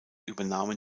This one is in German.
übernahmen